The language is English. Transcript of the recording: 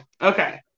Okay